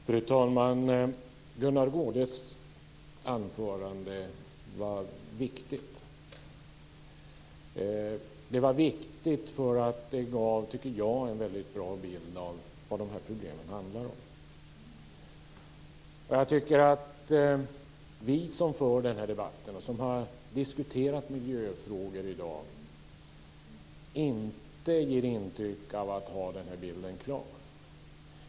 Fru talman! Gunnar Goudes anförande var viktigt. Det var viktigt därför att det gav en väldigt bra bild av vad de här problemen handlar om. Jag tycker att vi som för den här debatten och som har diskuterat miljöfrågor i dag inte ger intryck av att ha den här bilden klar för oss.